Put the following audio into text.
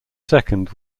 second